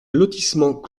lotissement